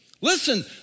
Listen